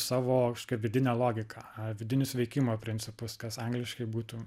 savo kažkokią vidinę logiką vidinius veikimo principus kas angliškai būtų